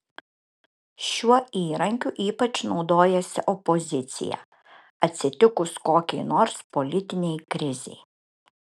šiuo įrankiu ypač naudojasi opozicija atsitikus kokiai nors politinei krizei